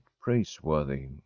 praiseworthy